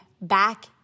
back